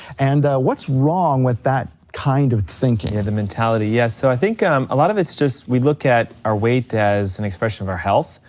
and what's wrong with that kind of thinking? yeah, the mentality, yes. so i think um a lot of it's just we look at our weight as an expression of our health,